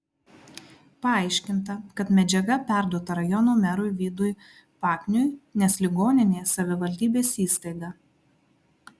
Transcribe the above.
paaiškinta kad medžiaga perduota rajono merui vydui pakniui nes ligoninė savivaldybės įstaiga